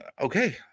Okay